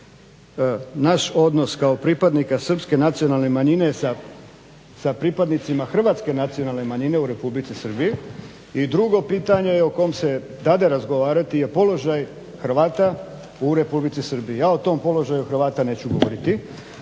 naš odnos kao pripadnika Srpske nacionalne manjine sa pripadnicima Hrvatske nacionalne manjine u Republici Srbiji. I drugo pitanje o kom se tada razgovarati je položaj Hrvata u Republici Srbiji. Ja o tom položaju Hrvata neću govoriti